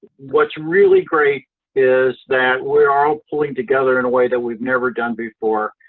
what's really great is that we are all pulling together in a way that we've never done before.